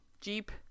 Jeep